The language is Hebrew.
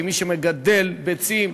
כמי שמגדל ביצים,